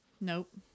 Nope